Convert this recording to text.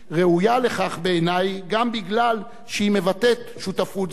ראויה לכך בעיני, גם מפני שהיא מבטאת שותפות זו.